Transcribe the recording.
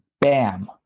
Bam